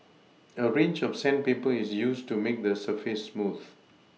a range of sandpaper is used to make the surface smooth